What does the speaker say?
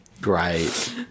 Great